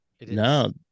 No